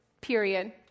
period